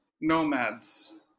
nomads